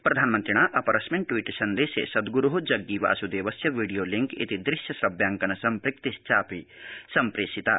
प्रधानमन्त्रिणा अपरस्मिन् ट्वीट् सन्देशे सद्ग्रो जग्गीवासुदेवस्य वीडियोलिंक इति दृश्य श्रव्यांकन सम्पृक्तिश्चापि सम्प्रेषिता